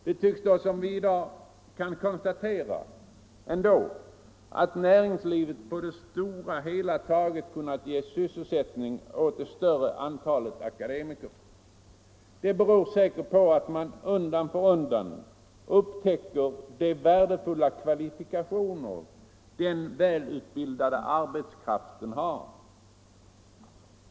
Det tycks som om vi dock ändå kan konstatera att näringslivet på det hela taget kunnat ge sysselsättning åt det större antalet akademiker. Det beror säkert på att man undan för undan upptäcker de värdefulla kvalifikationer den välutbildade arbetskraften har.